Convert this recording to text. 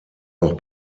auch